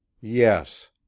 Yes